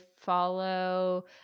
follow